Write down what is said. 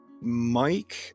mike